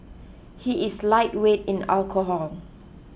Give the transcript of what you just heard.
he is lightweight in alcohol